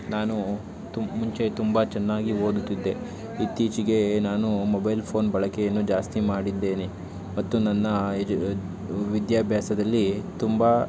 ನಾನು ತು ಮುಂಚೆ ತುಂಬ ಚೆನ್ನಾಗಿ ಓದುತ್ತಿದ್ದೆ ಇತ್ತೀಚೆಗೆ ನಾನು ಮೊಬೈಲ್ ಫೋನ್ ಬಳಕೆಯನ್ನು ಜಾಸ್ತಿ ಮಾಡಿದ್ದೇನೆ ಮತ್ತು ನನ್ನ ಎಜು ವಿದ್ಯಾಭ್ಯಾಸದಲ್ಲಿ ತುಂಬ